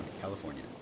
California